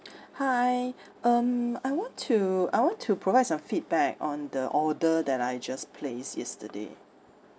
hi um I want to I want to provide some feedback on the order that I just placed yesterday